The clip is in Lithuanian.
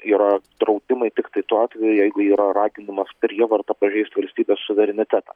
yra draudimai tiktai tuo atveju jeigu yra raginimas prievarta pažeist valstybės suverenitetą